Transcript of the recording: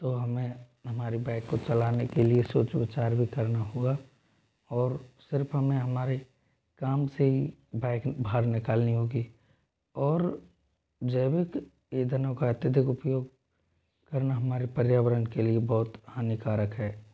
तो हमें हमारी बाइक को चलाने के लिए सोच विचार भी करना होगा और सिर्फ हमें हमारे काम से ही बाइक बाहर निकालनी होगी और जैविक ईधनों का अत्यधिक उपयोग करना हमारे पर्यावरण के लिए बहुत हानिकारक है